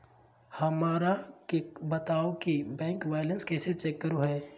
हमरा के बताओ कि बैंक बैलेंस कैसे चेक करो है?